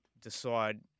decide